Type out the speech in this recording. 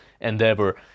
Endeavor